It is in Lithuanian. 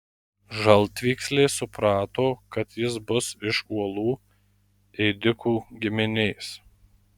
žaltvykslė suprato kad jis bus iš uolų ėdikų giminės